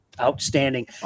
Outstanding